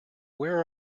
where